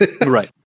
Right